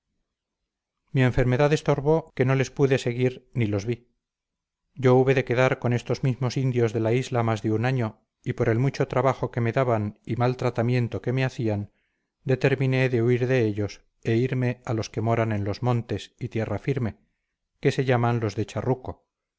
mi enfermedad estorbó que no les pude seguir ni los vi yo hube de quedar con estos mismos indios de la isla más de un año y por el mucho trabajo que me daban y mal tratamiento que me hacían determiné de huir de ellos e irme a los que moran en los montes y tierra firme que se llaman los de charruco